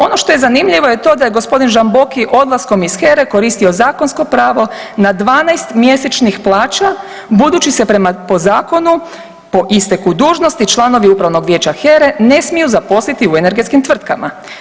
Ono što je zanimljivo je to da je gospodin Žamboki odlaskom iz HERE koristio zakonsko pravo na 12 mjesečnih plaća budući se prema, po zakonu po isteku dužnosti članovi upravnog vijeća HERE ne smiju zaposliti u energetskim tvrtkama.